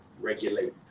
Regulate